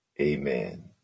Amen